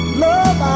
love